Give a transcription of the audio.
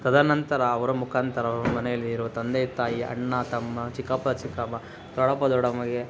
ತದನಂತರ ಅವರ ಮುಖಾಂತರ ಅವರ ಮನೆಯಲ್ಲಿರೋ ತಂದೆ ತಾಯಿ ಅಣ್ಣ ತಮ್ಮ ಚಿಕ್ಕಪ್ಪ ಚಿಕ್ಕಮ್ಮ ದೊಡ್ಡಪ್ಪ ದೊಡ್ಡಮ್ಮಗೆ